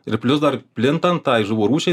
ir plius dar plintant tai žuvų rūšiai